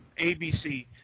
ABC